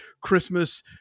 Christmas